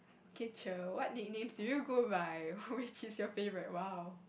ok chill what nicknames do you go by which is your favourite !wow!